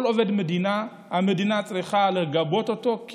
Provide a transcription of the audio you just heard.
כל עובד מדינה, המדינה צריכה לגבות אותו.